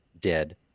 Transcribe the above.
dead